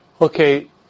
Okay